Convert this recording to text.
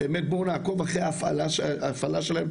בואו נעקוב אחרי ההפעלה שלהם,